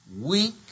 weak